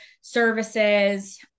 services